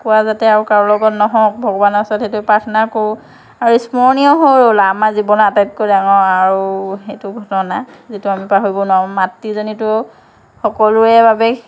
কোৱা যাতে আৰু কাৰো লগত নহওক ভগৱানৰ ওচৰত সেইটোৱেই প্ৰাৰ্থনা কৰোঁ আৰু স্মৰণীয় হৈ ৰল আৰু আমাৰ জীৱনত আটাইতকৈ ডাঙৰ আৰু এইটো ঘটনা যিটো আমি পাহৰিব নোৱাৰোঁ মাতৃজনীতো সকলোৰে বাবেই